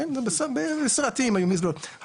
בסרטים זה במזוודות,